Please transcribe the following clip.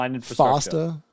faster